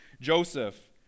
Joseph